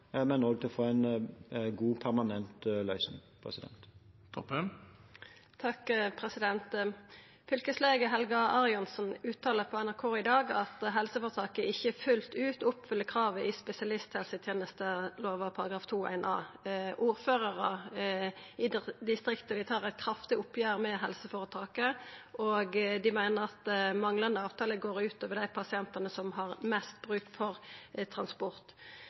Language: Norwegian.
og for å få en god permanent løsning. Fylkeslege Helga Arianson uttaler på NRK i dag at helseføretaket ikkje fullt ut oppfyller kravet i spesialisthelsetenestelova § 2-1 a. Ordførarar i distriktet tar eit kraftig oppgjer med helseføretaket. Dei meiner at manglande avtale går ut over dei pasientane som har mest bruk for transport.